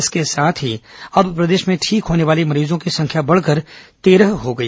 इसके साथ ही अब प्रदेश में ठीक होने वाले मरीजों की संख्या बढ़कर तेरह हो गई